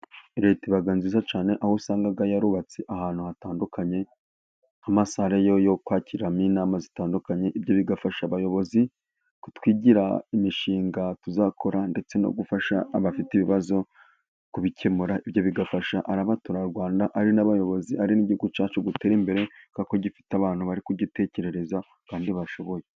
Leta iba nziza cyane aho usangaga yarubatse ahantu hatandukanye, nk'amasale yo kwakiramo inama zitandukanye. Ibyo bigafasha abayobozi kutwigira imishinga tuzakora, ndetse no gufasha abafite ibibazo kubikemura. Ibyo bigafasha ari abaturarwanda, ari n'abayobozi, ari Igihugu cyacu gutera imbere kuko gifite abantu bari kugitekerereza kandi bashoboye.